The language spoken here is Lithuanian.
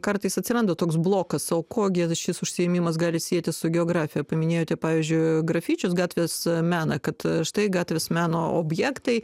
kartais atsiranda toks blokas o kuo gi šis užsiėmimas gali sietis su geografija paminėjote pavyzdžiui grafičius gatvės meną kad štai gatvės meno objektai